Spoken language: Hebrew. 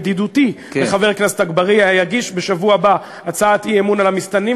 ידידותי לחבר הכנסת אגבאריה: יגיש בשבוע הבא הצעת אי-אמון על המסתננים,